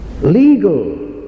legal